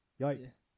Yikes